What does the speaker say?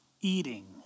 eating